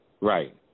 Right